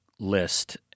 list